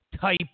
type